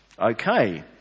Okay